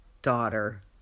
Daughter